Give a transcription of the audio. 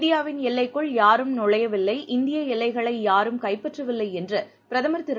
இந்தியாவின் எல்லைக்குள் யாரும் நுழையவில்லை இந்தியஎல்லைகளையாரும் கைப்பற்றவில்லைஎன்றுபிரதமர் திரு